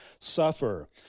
suffer